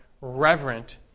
reverent